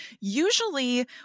usually